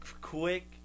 quick